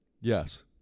Yes